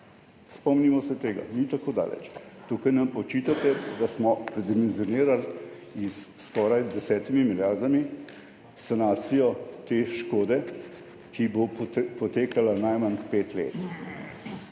spomnimo se tega, ni tako daleč. Tukaj nam pa očitate, da smo predimenzionirali s skoraj desetimi milijardami sanacijo te škode, ki bo potekala najmanj pet let.